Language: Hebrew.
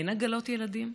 אין עגלות ילדים?